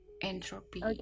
Entropy